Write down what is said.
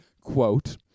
quote